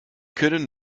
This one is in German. können